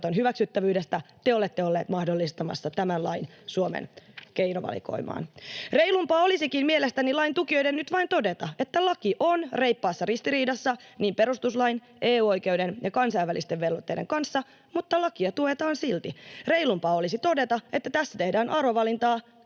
hyväksyttävyydestä, te olette olleet mahdollistamassa tämän lain Suomen keinovalikoimaan. Reilumpaa olisikin mielestäni lain tukijoiden nyt vain todeta, että laki on reippaassa ristiriidassa niin perustuslain, EU-oikeuden kuin kansainvälisten velvoitteiden kanssa mutta lakia tuetaan silti. Reilumpaa olisi todeta, että tässä tehdään arvovalintaa